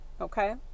okay